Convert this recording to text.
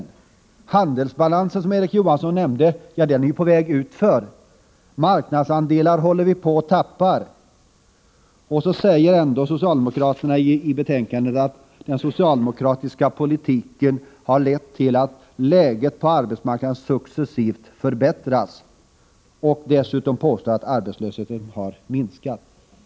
När det gäller handelsbalansen, som Erik Johansson nämnde något om, går det ju utför. Vi håller på att tappa marknadsandelar. Ändå säger socialdemokraterna i betänkandet att den socialdemokratiska politiken har lett till att läget på arbetsmarknaden successivt förbättras. Dessutom påstår man att arbetslösheten har minskat.